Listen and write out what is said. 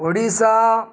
Odisha